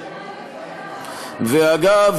ואגב,